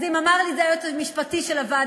אז אם אמר לי את זה היועץ המשפטי של הוועדה,